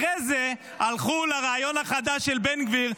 אחרי זה הלכו לרעיון החדש של בן גביר,